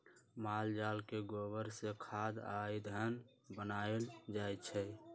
माल जाल के गोबर से खाद आ ईंधन बनायल जाइ छइ